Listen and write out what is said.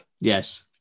Yes